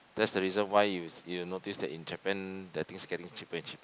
that's the reason why you you notice in Japan their things getting cheaper and cheaper